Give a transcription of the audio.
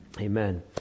Amen